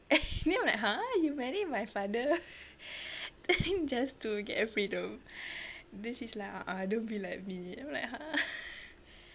then I'm like !huh! you marry my father just to get freedom then she's like a'ah don't be like me and I'm like !huh!